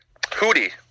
Hootie